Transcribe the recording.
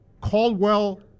Caldwell